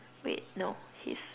wait no he's